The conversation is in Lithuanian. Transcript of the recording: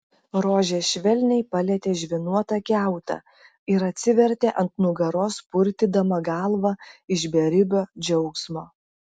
rožė švelniai palietė žvynuotą kiautą ir atsivertė ant nugaros purtydama galvą iš beribio džiaugsmo